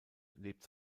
lebt